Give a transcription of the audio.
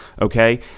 okay